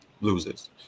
loses